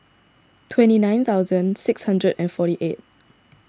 twenty nine thousand six hundred and forty eight